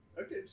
okay